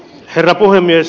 herra puhemies